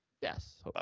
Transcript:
Yes